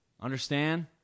Understand